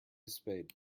spade